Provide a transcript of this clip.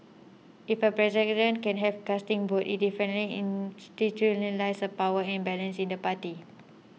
if a president can have casting vote it definitely institutionalises a power imbalance in the party